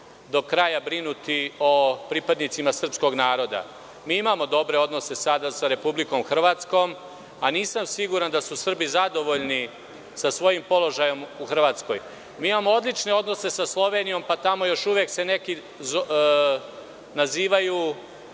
do kraja brinuti o pripadnicima srpskog naroda. Mi imamo dobre odnose sada sa Republikom Hrvatskom, a nisam siguran da su Srbi zadovoljni sa svojim položajem u Hrvatskoj. Mi imamo odlične odnose sa Slovenijom, pa tamo još uvek se neki nazivaju